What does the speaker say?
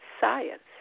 science